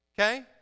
Okay